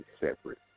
separate